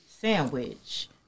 sandwich